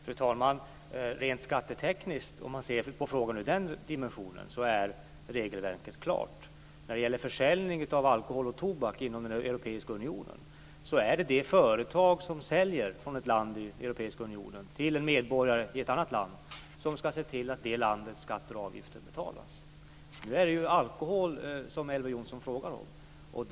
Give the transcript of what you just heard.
Fru talman! Om man ser rent skattetekniskt på frågan är regelverket klart. När det gäller försäljning av alkohol och tobak inom den europeiska unionen är det det företag som säljer från ett land till en medborgare i ett annat land som skall se till att det landets skatter och avgifter betalas. Elver Jonsson frågar om alkohol.